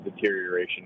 deterioration